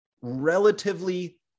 relatively